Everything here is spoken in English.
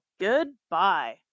Goodbye